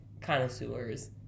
connoisseurs